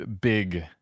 big